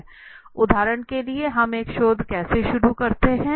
उदाहरण के लिए हम एक शोध कैसे शुरू करते हैं